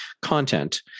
content